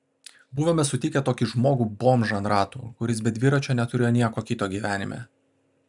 buvome sutikę tokį žmogų bomžą ant ratų kuris be dviračio neturėjo nieko kito gyvenime